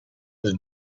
was